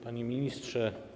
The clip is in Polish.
Panie Ministrze!